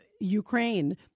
Ukraine